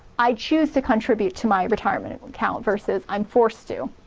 i choose to contribute to my retirement and account, versus i'm forced to.